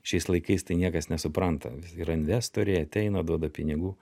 šiais laikais tai niekas nesupranta yra investoriai ateina duoda pinigų